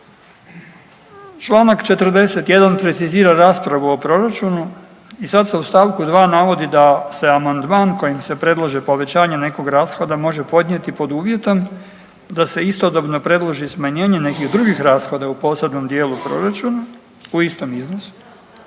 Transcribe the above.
Čl. 41. precizira raspravu o proračunu i sad se u stavku 2. navodi da se amandman kojim se predlaže povećanje nekog rashoda može podnijeti pod uvjetom da se istodobno predloži smanjenje nekih drugih rashoda u posebnom dijelu proračuna u istom iznosu,